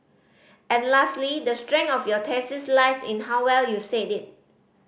and lastly the strength of your thesis lies in how well you said it